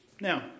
Now